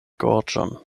gorĝon